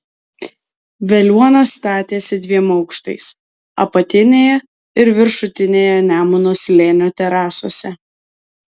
veliuona statėsi dviem aukštais apatinėje ir viršutinėje nemuno slėnio terasose